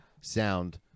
sound